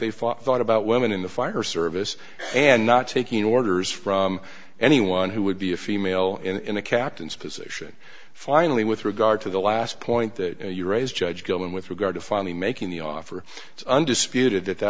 they thought about women in the fire service and not taking orders from anyone who would be a female in a captain's position finally with regard to the last point that you raised judge hill and with regard to finally making the offer undisputed that